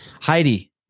heidi